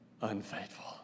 unfaithful